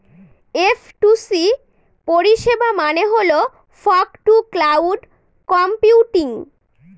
F two C পরিষেবা মানে হল ফগ টু ক্লাউড কম্পিউটিং